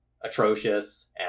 atrocious